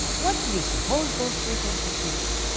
what do you suppose those three temptations are?